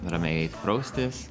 ramiai eit praustis